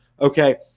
Okay